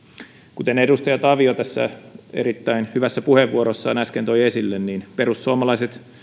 kuten edustaja tavio erittäin hyvässä puheenvuorossaan äsken toi esille perussuomalaiset